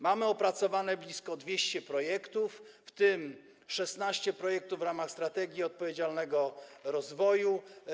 Mamy opracowanych blisko 200 projektów, w tym 16 projektów w ramach „Strategii na rzecz odpowiedzialnego rozwoju”